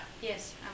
Yes